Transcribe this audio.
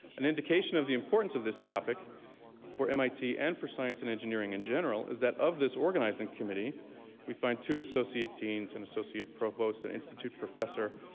an indication of the importance of this topic for mit, and for science and engineering in general, is that of this organizing committee we find two associate deans, an and associate provost, an institute professor,